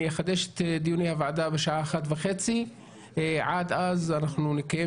אני אחדש את דיוני הועדה בשעה 13:30. עד אז אנחנו נקיים